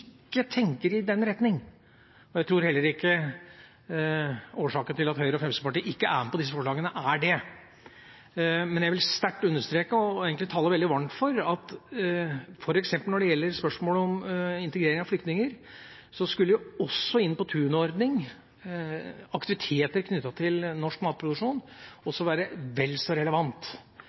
ikke tenker i den retning. Jeg tror heller ikke at årsaken til at Høyre og Fremskrittspartiet ikke er med på disse forslagene, er det. Men jeg vil sterkt understreke og egentlig tale veldig varmt for at f.eks. når det gjelder spørsmålet om integrering av flyktninger, skulle Inn på tunet-ordninga og aktiviteter knyttet til norsk matproduksjon være vel så relevant.